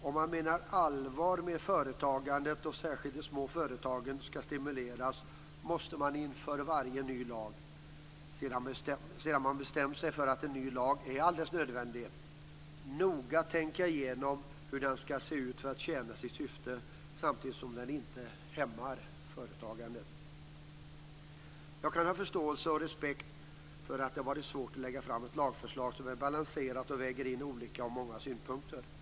Om man menar allvar med att företagandet och särskilt de små företagen skall stimuleras måste man inför varje ny lag - sedan man bestämt sig för att en ny lag är alldeles nödvändig - noga tänka igenom hur den skall se ut för att tjäna sitt syfte, samtidigt som den inte hämmar företagandet. Jag kan ha förståelse och respekt för att det har varit svårt att lägga fram ett lagförslag som är balanserat och där de olika och många synpunkterna vägs in.